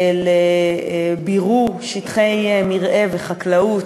לביעור שטחי מרעה וחקלאות,